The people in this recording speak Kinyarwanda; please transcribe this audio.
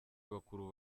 bakuru